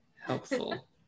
helpful